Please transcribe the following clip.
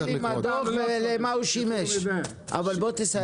--- דוח ולמה הוא שימש, אבל בוא תסכם.